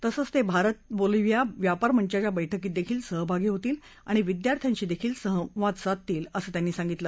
तसेच भारत बोलिव्हिया व्यापार मंचाच्या बैठकीत सहभागी होतील आणि विद्यार्थ्यांशीही संवाद साधतील असं त्यांनी सांगितलं